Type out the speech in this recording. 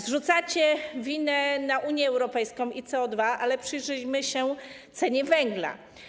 Zrzucacie winę na Unię Europejską i CO2, ale przyjrzyjmy się cenie węgla.